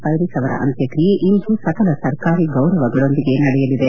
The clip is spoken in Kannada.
ಪೈರಿಸ್ ಅವರ ಅಂತ್ಯಕ್ರಿಯೆ ಇಂದು ಸಕಲ ಸರ್ಕಾರಿ ಗೌರವಗಳೊಂದಿಗೆ ನಡೆಯಲಿದೆ